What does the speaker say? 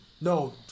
No